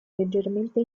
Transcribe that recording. leggermente